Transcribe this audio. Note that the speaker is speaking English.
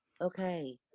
okay